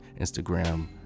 instagram